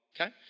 okay